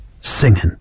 singing